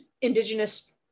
Indigenous